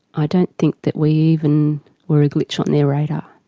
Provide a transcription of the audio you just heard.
i don't think that we even were a glitch on their radar.